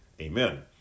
amen